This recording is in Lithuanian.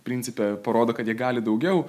principe parodo kad jie gali daugiau